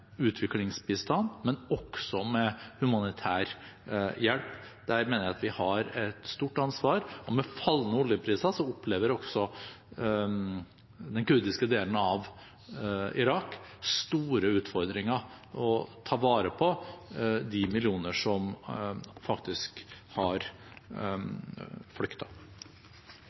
utviklingsbistand, men også med humanitær hjelp. Der mener jeg vi har et stort ansvar. Med fallende oljepriser opplever også den kurdiske delen av Irak store utfordringer med å ta vare på de millioner som har